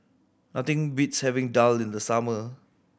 nothing beats having daal in the summer